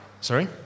Sorry